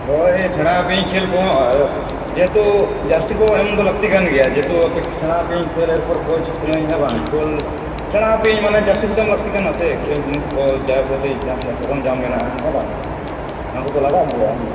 ᱦᱳᱭ ᱥᱮᱬᱟ ᱟᱯᱮᱭᱟᱹᱧ ᱠᱷᱮᱞ ᱠᱚᱦᱚᱸ ᱟᱫᱚ ᱡᱮᱦᱮᱛᱩ ᱡᱟᱨᱥᱤ ᱠᱚ ᱮᱢ ᱫᱚ ᱞᱟᱹᱠᱛᱤ ᱠᱟᱱ ᱜᱮᱭᱟ ᱡᱮᱦᱮᱛᱩ ᱟᱯᱮ ᱥᱮᱬᱟ ᱟᱯᱮᱭᱟᱹᱧ ᱠᱷᱮᱞ ᱮᱨᱯᱚᱨ ᱠᱳᱪ ᱠᱟᱹᱱᱟᱹᱧ ᱦᱮᱸ ᱵᱟᱝ ᱠᱳᱞ ᱥᱮᱬᱟ ᱟᱯᱮᱭᱟᱹᱧ ᱢᱟᱱᱮ ᱡᱟᱨᱥᱤ ᱠᱚᱫᱚ ᱮᱢ ᱞᱟᱹᱠᱛᱤ ᱠᱟᱱᱟ ᱥᱮ ᱠᱷᱮᱞ ᱡᱤᱱᱤᱥ ᱠᱚ ᱡᱟᱵᱚᱛᱤᱭᱳ ᱡᱟᱦᱟᱛᱤᱱᱟᱜ ᱥᱟᱨᱚᱧᱡᱟᱢ ᱢᱮᱱᱟᱜᱼᱟ ᱦᱮᱸ ᱵᱟᱝ ᱱᱚᱣᱟ ᱠᱚᱫᱚ ᱞᱟᱜᱟᱜ ᱜᱮᱭᱟ ᱮᱢ